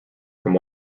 from